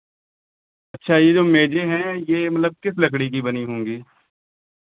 अच्छा ये जो मेज़ें हैं ये मतलब किस लकड़ी की बनी होंगी